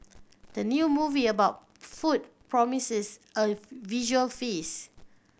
the new movie about food promises a visual feast